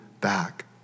back